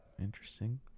interesting